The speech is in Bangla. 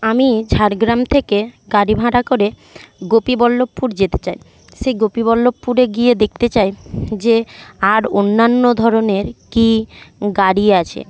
আমি ঝাড়গ্রাম থেকে গাড়ি ভাড়া করে গোপীবল্লভপুর যেতে চাই সেই গোপীবল্লভপুরে গিয়ে দেখতে চাই যে আর অন্যান্য ধরনের কি গাড়ি আছে